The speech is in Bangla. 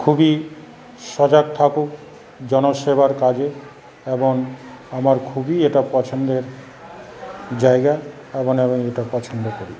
খুবই সজাগ থাকুক জনসেবার কাজে এবং আমার খুবই এটা পছন্দের জায়গা এবং আমি এটা পছন্দ করি